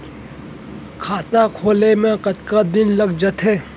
खाता खुले में कतका दिन लग जथे?